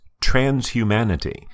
Transhumanity